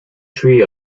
three